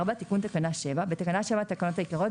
תיקון תקנה 7 בתקנה 7 לתקנות העיקריות,